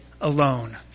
alone